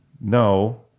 No